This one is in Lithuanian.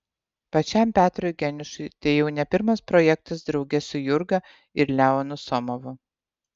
pačiam petrui geniušui tai jau ne pirmas projektas drauge su jurga ir leonu somovu